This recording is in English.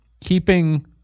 keeping